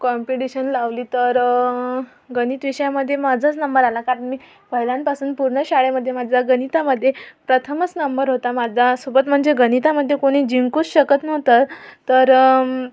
competition लावली तर गणित विषयामध्ये माझाच नंबर आला कारण मी पहिल्यापासून पूर्ण शाळेमध्ये माझा गणितामध्ये प्रथमच नंबर होता माझा सोबत म्हणजे गणितामध्ये कोणी जिंकूच शकत नव्हतं तर